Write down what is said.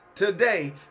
Today